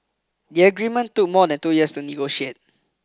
the agreement took more than two years to negotiate